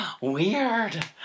Weird